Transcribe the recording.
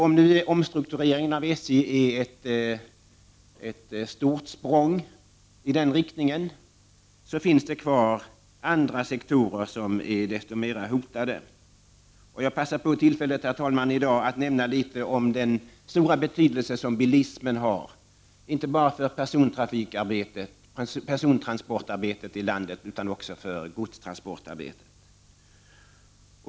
Om omstruktureringen av SJ är ett stort språng i rätt riktning finns det kvar andra sektorer som är desto mer hotade. Jag skall passa på tillfället, herr talman, att i dag litet nämna om den stora betydelse som bilismen har, inte bara för persontransporter utan också för godstransporter.